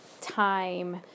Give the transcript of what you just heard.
time